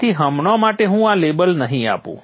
તેથી હમણાં માટે હું આ લેબલ નહીં આપું